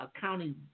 county